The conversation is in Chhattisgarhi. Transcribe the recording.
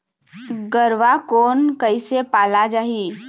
गरवा कोन कइसे पाला जाही?